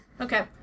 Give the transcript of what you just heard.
Okay